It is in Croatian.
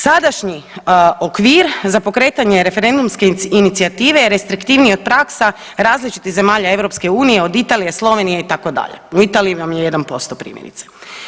Sadašnji okvir za pokretanje referendumske inicijative je restriktivniji od praksa različitih zemalja EU od Italije, Slovenije itd., u Italiji vam je 1% primjerice.